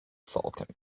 falcon